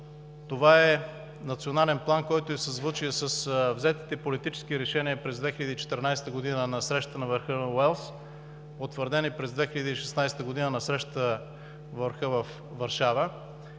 Това е национален план, който е в съзвучие с взетите политически решения през 2014 г. на срещата на върха в Уелс, утвърдени през 2016 г. на срещата на върха във Варшава,